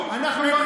ויעשו.